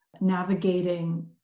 navigating